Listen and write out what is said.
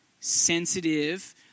sensitive